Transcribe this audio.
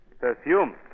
Perfume